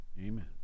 Amen